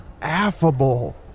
affable